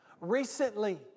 recently